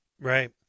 right